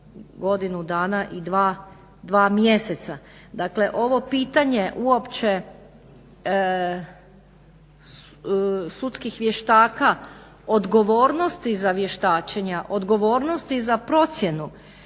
godinu dana i dva mjeseca. Dakle, ovo pitanje uopće sudskih vještaka odgovornosti za vještačenja, odgovornosti za procjenu,